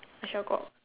I shall go